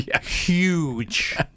huge